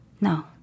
No